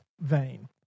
vein